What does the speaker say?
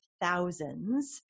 thousands